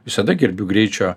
visada gerbiu greičio